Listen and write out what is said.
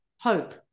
hope